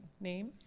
name